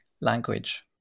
language